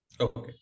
Okay